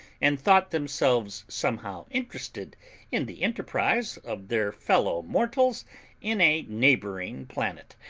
and thought themselves somehow interested in the enterprise of their fellow-mortals in a neighbouring planet.